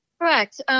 Correct